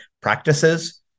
practices